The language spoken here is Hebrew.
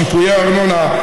שיפויי ארנונה,